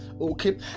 okay